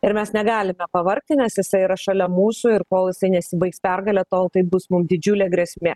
ir mes negalime pavargti nes jisai yra šalia mūsų ir kol jisai nesibaigs pergale tol tai bus mum didžiulė grėsmė